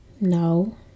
No